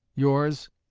yours,